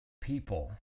people